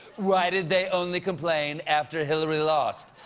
why did they only complain after hillary lost?